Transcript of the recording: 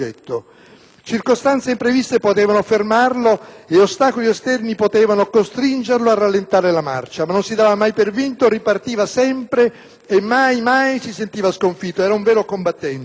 Circostanze impreviste potevano fermarlo e ostacoli esterni potevano costringerlo a rallentare la marcia. Ma non si dava mai per vinto, ripartiva sempre e mai, mai si sentiva sconfitto: era un vero combattente.